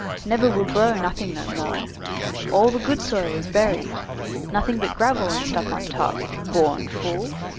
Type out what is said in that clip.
never will grow nothing no more all the good soil is buried nothing but gravel and stuff on top born fool.